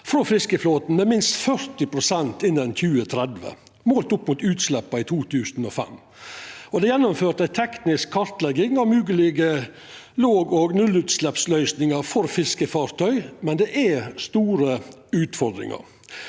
frå fiskeflåten med minst 40 pst. innan 2030, målt opp mot utsleppa i 2005. Det er gjennomført ei teknisk kartlegging av moglege låg- og nullutsleppsløysingar for fiskefartøy, men det er store utfordringar.